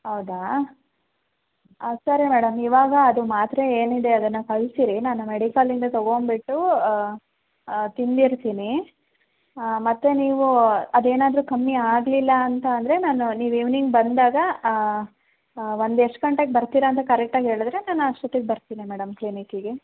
ಹೌದಾ ಆಂ ಸರಿ ಮೇಡಮ್ ಇವಾಗ ಅದು ಮಾತ್ರೆ ಏನಿದೆ ಅದನ್ನು ಕಳಿಸಿರಿ ನಾನು ಮೆಡಿಕಲಿಂದ ತೊಗೊಂಬಿಟ್ಟು ತಿಂದಿರ್ತೀನಿ ಮತ್ತು ನೀವು ಅದು ಏನಾದರು ಕಮ್ಮಿ ಆಗಲಿಲ್ಲ ಅಂತ ಅಂದರೆ ನಾನು ನೀವು ಈವ್ನಿಂಗ್ ಬಂದಾಗ ಒಂದು ಎಷ್ಟು ಗಂಟೆಗೆ ಬರ್ತೀರ ಅಂತ ಕರೆಕ್ಟಾಗಿ ಹೇಳಿದ್ರೆ ನಾನು ಅಷ್ಟೊತ್ತಿಗೆ ಬರ್ತೀನಿ ಮೇಡಮ್ ಕ್ಲಿನಿಕ್ಕಿಗೆ